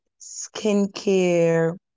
skincare